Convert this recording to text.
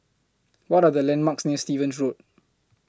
What Are The landmarks near Stevens Road